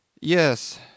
Yes